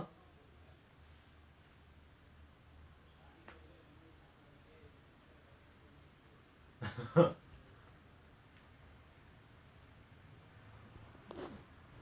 எனக்கு வந்து சின்ன வயசிலந்து ஓடிக்கிட்டே இருப்பேன் நா:enakku vanthu chinna vayasilanthu odikkittae iruppaen naa I'm hyperactive நா ஓடிக்கிட்டே இருப்பேன் எங்க போனாலும்:naa odikkittae iruppaen enga ponaalum !aiyoyo! கடைக்கு போனாலும் கூட:kadaikku ponaalum kooda err supermarket போவோம்ல:povomla